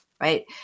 right